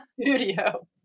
studio